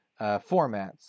formats